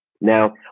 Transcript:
Now